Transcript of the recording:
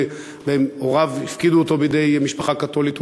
הוריו הפקידו אותו בידי משפחה קתולית,